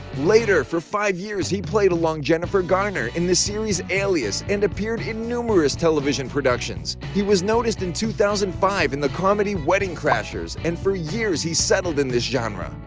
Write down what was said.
later, for five years, he played along jennifer garner in the series alias and appeared in numerous television productions. he was noticed in two thousand and five in the comedy wedding crashers and for years he settled in this genre.